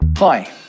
Hi